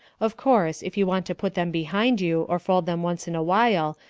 of course, if you want to put them behind you, or fold them once in awhile,